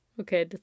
Okay